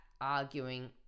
arguing